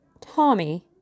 Tommy